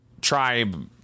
tribe